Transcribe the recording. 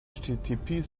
http